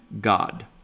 God